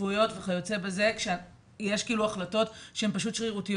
רפואיות וכיוצא בזה שיש כאילו החלטות שהן שרירותיות